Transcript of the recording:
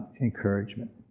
encouragement